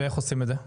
ואיך עושים את זה?